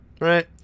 right